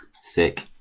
Sick